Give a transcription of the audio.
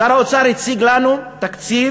שר האוצר הציג לנו תקציב